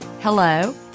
hello